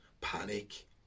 panic